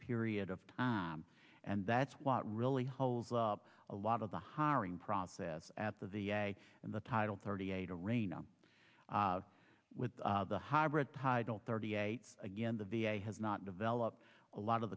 period of time and that's what really holds up a lot of the hiring process at the v a and the title thirty eight arena with the hybrid title thirty eight again the v a has not developed a lot of